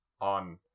On